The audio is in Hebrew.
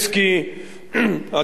הטעות היא זאת: